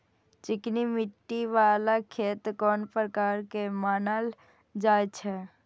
चिकनी मिट्टी बाला खेत कोन प्रकार के मानल जाय छै?